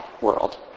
world